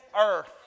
earth